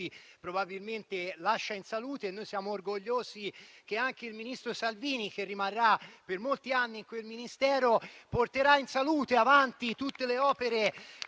probabilmente lascia in salute e noi siamo orgogliosi che anche il ministro Salvini, che rimarrà per molti anni in quel Ministero, porterà avanti in salute tutte le opere